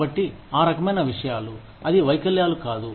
కాబట్టి ఆ రకమైన విషయాలు అది వైకల్యాలు కాదు